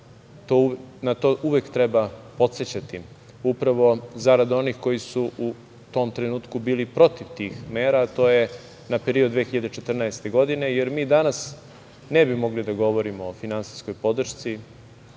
na to uvek treba podsećati, upravo zarad onih koji su u tom trenutku bili protiv tih mera, a to je period 2014. godine, jer mi danas ne bi mogli da govorimo o finansijskoj podršci,